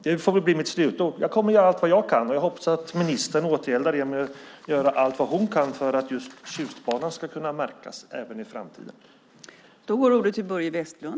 Det här får bli mitt slutord: Jag kommer att göra allt vad jag kan, och jag hoppas att ministern kommer att återgälda det med att göra allt vad hon kan för att just Tjustbanan ska märkas även i framtiden.